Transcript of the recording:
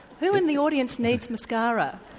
who in the audience needs mascara?